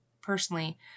personally